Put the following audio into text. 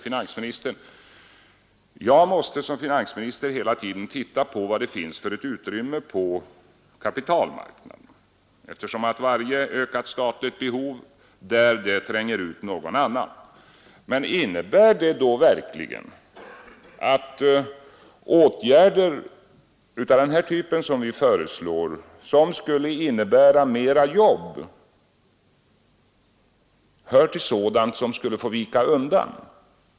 Finansministern säger att han som finansminister hela tiden måste titta på vad det finns för utrymme på kapitalmarknaden, eftersom varje ökat statligt behov där tränger ut något annat. Innebär det verkligen att åtgärder av den typ som vi föreslår och som skulle innebära fler jobb hör till sådant som skulle få vika undan?